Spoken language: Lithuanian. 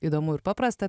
įdomu ir paprasta